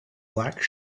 black